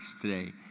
today